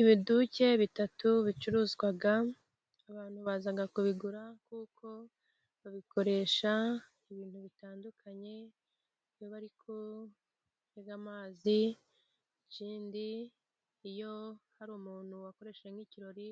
Ibiduke bitatu bicuruzwa, abantu baza kubigura kuko babikoresha ibintu bitandukanye. Iyo bari gutega amazi, ikindi iyo hari umuntu wakoreshe nk'ikirori